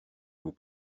vous